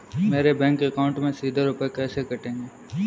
मेरे bank account से सीधे रुपए कैसे कटेंगे?